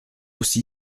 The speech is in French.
aussi